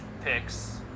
picks